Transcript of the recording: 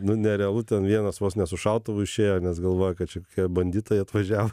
nu nerealu ten vienas vos ne su šautuvu išėjo nes galvojo kad čia banditai atvažiavo